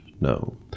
no